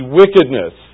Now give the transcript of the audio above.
wickedness